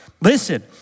listen